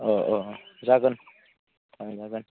जागोन जागोन